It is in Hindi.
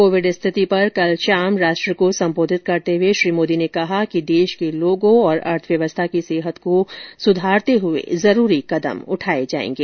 कोविड स्थिति पर कल शाम राष्ट्र को संबोधित करते हुए श्री मोदी ने कहा कि देश के लोगों और अर्थव्यवस्था की सेहत को सुधारते हुए जरूरी कदम उठाए जाएंगे